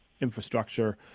infrastructure